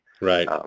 Right